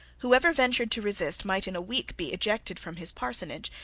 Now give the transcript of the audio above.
whoever ventured to resist might in a week be ejected from his parsonage,